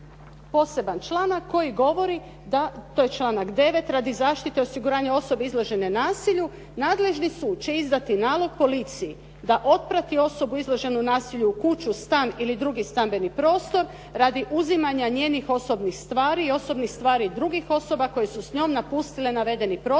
Poseban članak koji govori da, to je članak 9., "radi zaštite osiguranja osobe izložene nasilju nadležni će izdati nalog policiji da otprati osobu izloženu nasilju u kuću, stan ili drugi stambeni prostor radi uzimanja njenih osobnih stvari i osobnih stvari drugih osoba koje su s njom napustile navedeni prostor